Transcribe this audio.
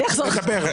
נדבר.